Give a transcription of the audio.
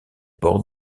port